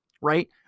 Right